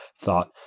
thought